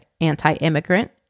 anti-immigrant